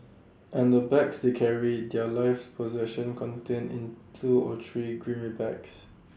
and the bags they carry their life's possessions contained in two or three grimy bags